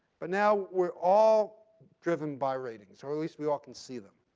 but now we're all driven by ratings or at least we all can see them.